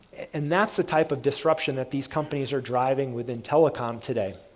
and that's the type of disruption that these companies are driving within telecom today.